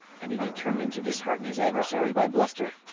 and he determined to dishearten his adversary by bluster.